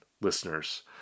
listeners